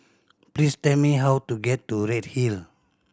please tell me how to get to Redhill